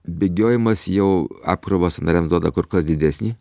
bėgiojimas jau apkrovą sąnariams duoda kur kas didesnį